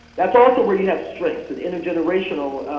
that's also where you have strengths, and inter-generational,